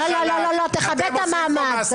לא לא, תכבד את המעמד.